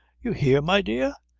you hear, my dear?